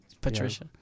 Patricia